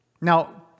Now